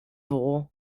war